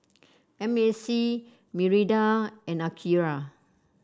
M A C Mirinda and Akira